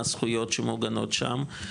מה הזכויות שמגונות שם,